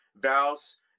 vows